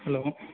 hello